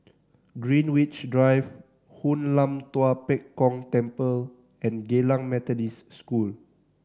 Greenwich Drive Hoon Lam Tua Pek Kong Temple and Geylang Methodist School